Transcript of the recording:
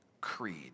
Creed